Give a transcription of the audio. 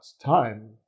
time